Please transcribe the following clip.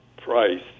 price